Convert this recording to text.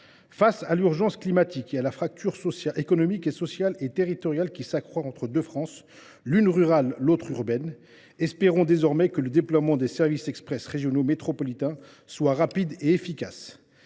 de l’urgence climatique et de la fracture économique, sociale et territoriale qui s’accroît entre deux France, l’une rurale, l’autre urbaine, espérons que le déploiement des services express régionaux métropolitains sera maintenant rapide et efficace.